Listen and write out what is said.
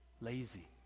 Lazy